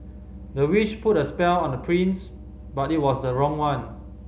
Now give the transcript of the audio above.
the witch put a spell on the prince but it was the wrong one